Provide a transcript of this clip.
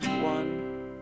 one